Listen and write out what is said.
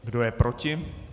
Kdo je proti?